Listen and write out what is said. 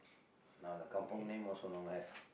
now the kampung name also no have